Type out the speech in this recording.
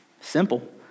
simple